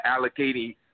allocating